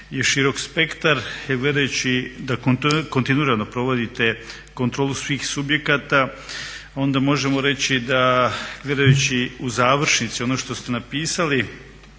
širok spektar, jer gledajući da kontinuirano provodite kontrolu svih subjekata onda možemo reći da gledajući u završnici ono što ste napisali,